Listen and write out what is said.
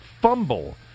fumble